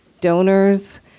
donors